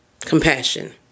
compassion